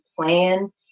plan